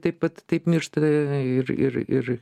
taip pat taip miršta ir ir ir